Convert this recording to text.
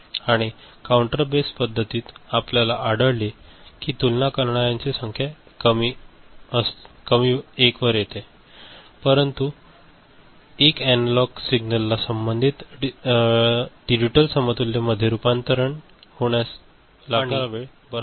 आणि counter based पद्धतीत आपल्याला आढळले की तुलना करणार्यांची संख्या कमी 1 वर येते परंतु एक एनालॉग सिग्नलला संबंधित डिजिटल समतुल्य मध्ये रूपांतरित होण्यास लागणारा वेळ बराच मोठा आहे